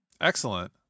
Excellent